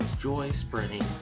joy-spreading